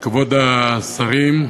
כבוד השרים,